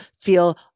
feel